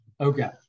Okay